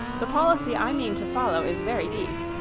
the policy i mean to follow is very deep.